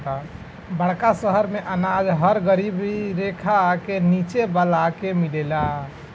बड़का शहर मेंअनाज हर गरीबी रेखा के नीचे वाला के मिलेला